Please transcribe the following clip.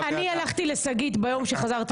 ביום שחזרתי